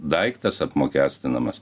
daiktas apmokestinamas